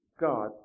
God